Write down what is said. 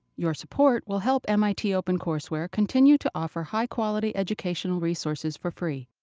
your support will help mit opencourseware continue to offer high quality educational resources for free.